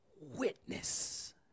witness